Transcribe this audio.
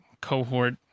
cohort